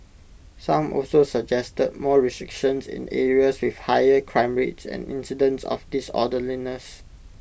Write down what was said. some also suggested more restrictions in areas with higher crime rates and incidents of disorderliness